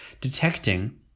Detecting